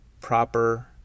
proper